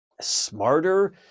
smarter